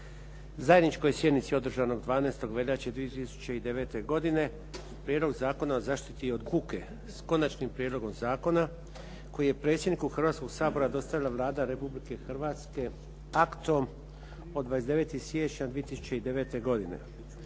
na zajedničkoj sjednici održanoj 12. veljače 2009. godine Prijedlog zakona o zaštiti od buke, s Konačnim prijedlogom zakona koji je predsjedniku Hrvatskoga sabora dostavila Vlada Republike Hrvatske aktom od 29. siječnja 2009. godine